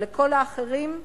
אבל לכל האחרים,